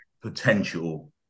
potential